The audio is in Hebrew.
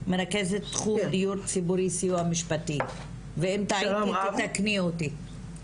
מרכזת תחום דיור ציבורי וסיוע משפטי ואם טעיתי תתקני אותי.